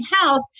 health